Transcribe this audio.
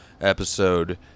episode